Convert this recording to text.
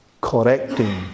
correcting